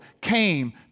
came